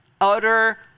utter